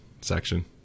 section